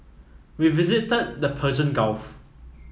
we visited the Persian Gulf